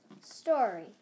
story